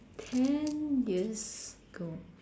ten years ago